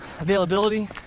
availability